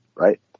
right